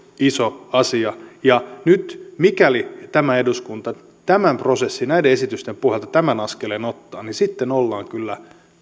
iso asia ja nyt mikäli tämä eduskunta tämän prosessin ja näiden esitysten pohjalta tämän askeleen ottaa niin sitten ollaan kyllä